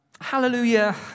Hallelujah